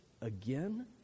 again